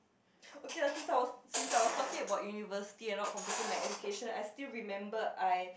okay lah since I was since I was talking about university and not completing my education I still remember I